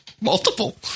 Multiple